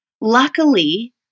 Luckily